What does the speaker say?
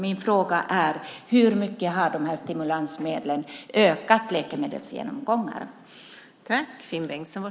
Min fråga är: Hur mycket har de här stimulansmedlen ökat antalet läkemedelsgenomgångar?